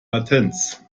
latenz